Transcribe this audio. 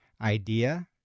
idea